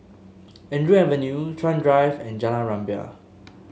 Andrew Avenue Chuan Drive and Jalan Rumbia